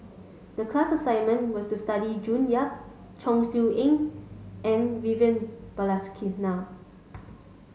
the class assignment was to study June Yap Chong Siew Ying and Vivian Balakrishnan